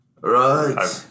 Right